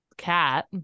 cat